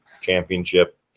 championship